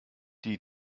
die